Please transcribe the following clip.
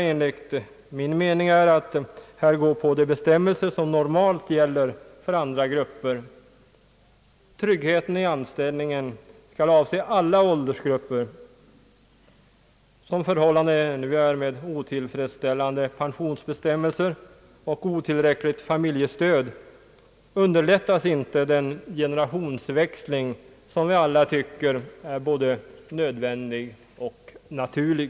Enligt min mening är det rätta att här tillämpa de bestämmelser som normalt gäller för andra grupper. Tryggheten i anställningen skall avse alla åldersgrupper. Som förhållandena nu är, med otillfredsställande pensionsbestämmelser och otillräckligt familjestöd, underlättas inte den generationsväxling som vi alla tycker är både nödvändig och naturlig.